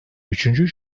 üçüncü